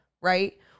right